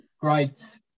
great